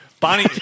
Bonnie